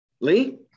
Lee